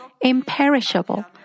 imperishable